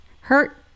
hurt